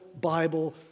Bible